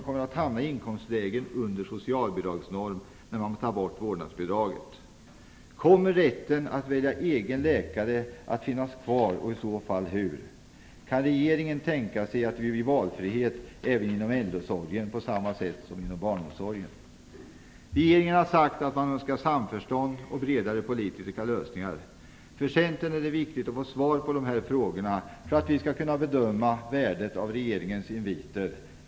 Kommer rätten att välja en egen läkare att finnas kvar, och i så fall hur? Kan regeringen tänka sig att ge valfrihet inom äldreomsorgen på samma sätt som inom barnomsorgen? Regeringen har sagt att man önskar samförstånd och bredare politiska lösningar. För Centern är det viktigt att få svar på dessa frågor för att vi skall kunna bedöma värdet av regeringens inviter.